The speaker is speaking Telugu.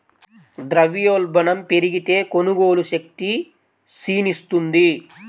ద్రవ్యోల్బణం పెరిగితే, కొనుగోలు శక్తి క్షీణిస్తుంది